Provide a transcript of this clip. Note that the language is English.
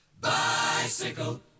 Bicycle